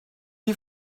die